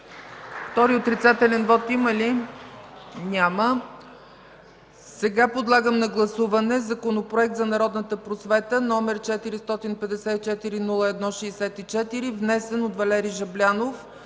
Втори отрицателен вот има ли? Няма. Подлагам на гласуване Законопроект за народната просвета, № 454-01-64, внесен от Валери Жаблянов